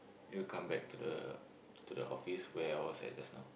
you'll come back to the to the office where I was at just now